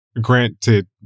granted